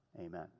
Amen